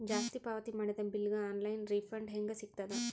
ಜಾಸ್ತಿ ಪಾವತಿ ಮಾಡಿದ ಬಿಲ್ ಗ ಆನ್ ಲೈನ್ ರಿಫಂಡ ಹೇಂಗ ಸಿಗತದ?